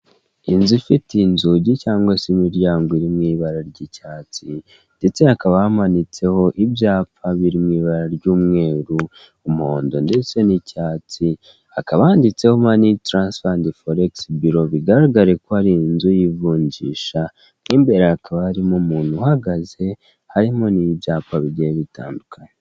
Inzu ifite inzugi cyangwa se imiryango iri mu ibara ry'icyatsi ndetse hakaba hamanitseho ibyapa biri mu ibara ry'umweru, umuhondo ndetse n'icyatsi hakaba handitseho mani taransifa andi foregisi biro bigaragara ko ari inzu y'ivunjisha mu imbere hakaba harimo umuntu uhagaze harimo n'ibyapa bigiye bitandukanye.